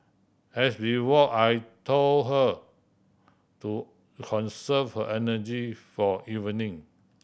as we walk I told her to conserve her energy for evening